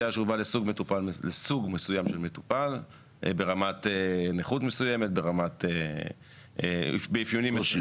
שהוא בא לסוג מסוים של מטופל שהוא ברמת נכות מסוימת ובאפיונים מסוימים.